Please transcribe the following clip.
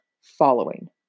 following